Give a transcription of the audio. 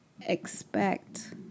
expect